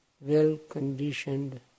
well-conditioned